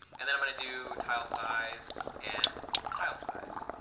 and then i'm going to do tile size and tile size,